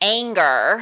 anger